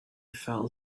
fell